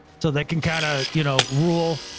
so they can can ah you know rule,